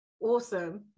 Awesome